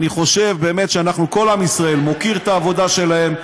אני חושב שכל עם ישראל מוקיר את העבודה שלהם,